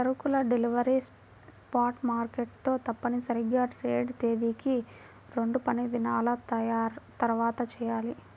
సరుకుల delivery spot market తో తప్పనిసరిగా ట్రేడ్ తేదీకి రెండుపనిదినాల తర్వాతచెయ్యాలి